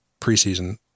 preseason